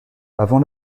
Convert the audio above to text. avant